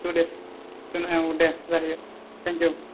तु days बिदिनो आव द जाहैयो थेंक इउ